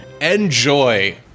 Enjoy